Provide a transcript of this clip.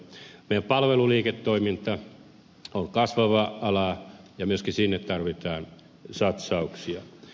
meidän palveluliiketoimintamme on kasvava ala ja myöskin sinne tarvitaan satsauksia